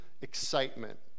excitement